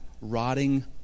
rotting